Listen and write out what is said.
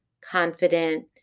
confident